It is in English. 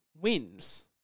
wins